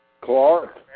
Clark